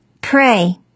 Pray